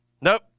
Nope